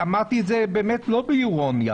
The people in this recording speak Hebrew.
ואמרתי את זה לא באירוניה.